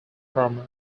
from